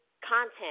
content